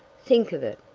think of it!